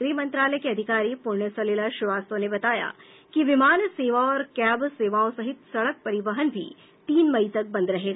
गृह मंत्रालय की अधिकारी पुण्य सलिला श्रीवास्तव ने बताया कि विमान सेवा और कैब सेवाओं सहित सड़क परिवहन भी तीन मई तक बंद रहेगा